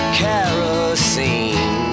kerosene